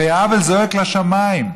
הרי העוול זועק לשמיים.